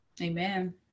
amen